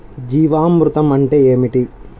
జీవామృతం అంటే ఏమిటి?